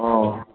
অঁ